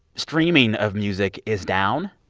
streaming of music is down?